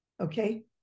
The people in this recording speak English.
okay